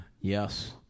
Yes